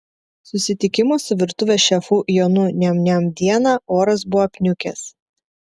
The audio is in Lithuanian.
susitikimo su virtuvės šefu jonu niam niam dieną oras buvo apniukęs